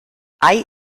hay